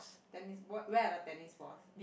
tennis what where are the tennis balls